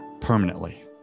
permanently